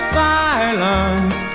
silence